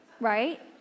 right